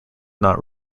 not